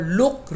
look